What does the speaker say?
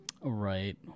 Right